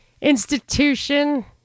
Institution